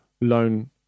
loan